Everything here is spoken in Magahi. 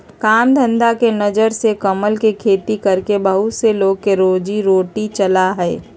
काम धंधा के नजर से कमल के खेती करके बहुत से लोग के रोजी रोटी चला हई